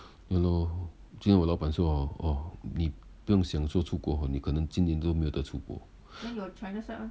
ya lor 今天我老板说哦 oh 你不用想说出国 hor 你可能今年都没有得出国